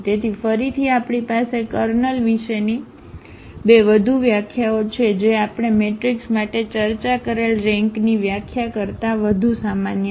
તેથી ફરીથી આપણી પાસે કર્નલ વિશેની બે વધુ વ્યાખ્યાઓ છે જે આપણે મેટ્રિક્સ માટે ચર્ચા કરેલ રેન્કની વ્યાખ્યા કરતા વધુ સામાન્ય છે